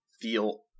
feel